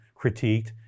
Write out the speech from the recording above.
critiqued